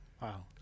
Wow